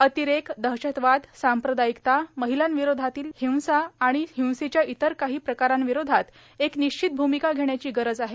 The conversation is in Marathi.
अतिरेक दहशतवाद सांप्रदायिकता महिलांविरोधातील हिंसा आणि हिंसेच्या इतर काही प्रकाराविरोधात एक निश्चित भूमिका घेण्याची गरज आहे